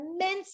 immense